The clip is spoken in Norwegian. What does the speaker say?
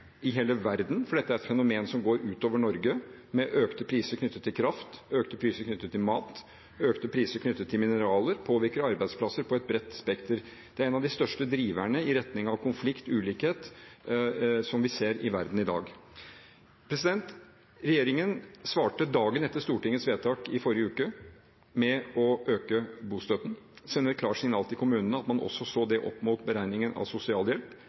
i hele verden, for dette er et fenomen som går ut over Norge. Økte priser på kraft, økte priser på mat og økte priser på mineraler påvirker arbeidsplasser over et bredt spekter. Det er en av de største driverne i retning av konflikt og ulikhet som vi ser i verden i dag. Regjeringen svarte dagen etter Stortingets vedtak i forrige uke med å øke bostøtten og sende et klart signal til kommunene om også å se den opp mot beregningen av sosialhjelp,